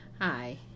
Hi